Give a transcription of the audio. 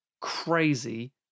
crazy